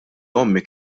ommi